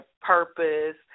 purpose